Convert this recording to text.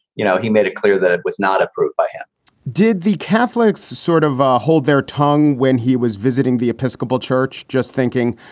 you know, he made it clear that it was not approved by him did the catholics sort of hold their tongue when he was visiting the episcopal church? just thinking,